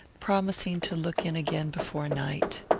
promising to look in again before night.